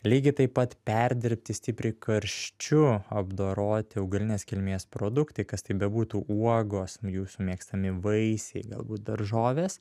lygiai taip pat perdirbti stipriai karščiu apdoroti augalinės kilmės produktai kas tai bebūtų uogos jūsų mėgstami vaisiai galbūt daržovės